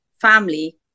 family